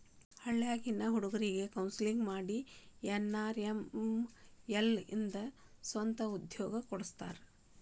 ಹಳ್ಳ್ಯಾಗಿನ್ ಹುಡುಗ್ರಿಗೆ ಕೋನ್ಸೆಲ್ಲಿಂಗ್ ಮಾಡಿ ಎನ್.ಆರ್.ಎಲ್.ಎಂ ಇಂದ ಸ್ವಂತ ಉದ್ಯೋಗ ಕೊಡಸ್ತಾರ